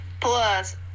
Plus